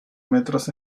metros